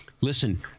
listen